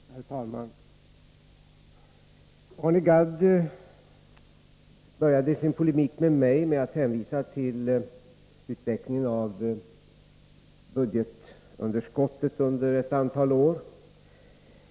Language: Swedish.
Herr talman! Arne Gadd började sin polemik med mig med att hänvisa till utvecklingen av budgetunderskottet under ett antal år.